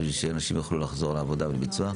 בשביל שאנשים יוכלו לחזור לעבודה ---.